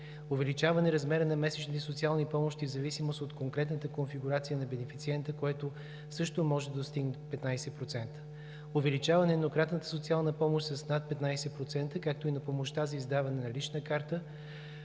увеличаване на размера на месечните социални помощи в зависимост от конкретната конфигурация на бенефициента, което също може да достигне 15%; увеличаване на еднократната социална помощ с над 15%, както и на помощта за издаване на лична карта